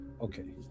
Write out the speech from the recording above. Okay